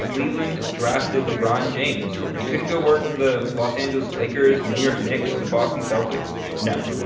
cleveland drafted lebron james. he couldn't go work for the los angeles lakers, the new york knicks or the boston celtics. no.